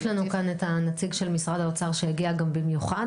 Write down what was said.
יש לנו כאן את הנציג של משרד האוצר שהגיע במיוחד,